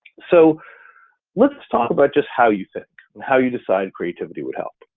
so let's talk about just how you think and how you decide creativity would help.